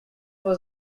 was